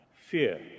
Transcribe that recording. fear